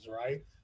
right